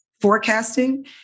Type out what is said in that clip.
forecasting